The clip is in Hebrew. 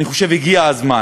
אני חושב שהגיע הזמן